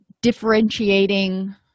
differentiating